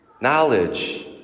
knowledge